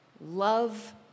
Love